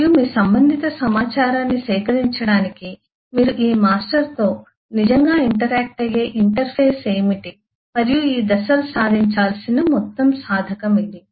మరియు మీ సంబంధిత సమాచారాన్ని సేకరించడానికి మీరు ఈ మాస్టర్తో నిజంగా ఇంటరాక్ట్ అయ్యే ఇంటర్ఫేస్ ఏమిటి మరియు ఈ దశలు సాధించాల్సిన మొత్తం సాధకము ఇది